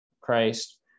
Christ